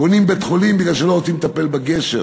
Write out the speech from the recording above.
בונים בית-חולים בגלל שלא רוצים לטפל בגשר.